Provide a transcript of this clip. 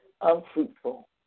unfruitful